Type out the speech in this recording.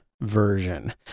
version